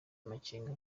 amakenga